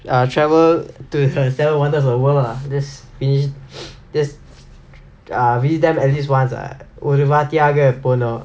err travel to the seven wonders of the world lah just finish just uh visit them at least once ah ஒரு வாட்டி ஆக போனும்:oru vaatti aaga ponum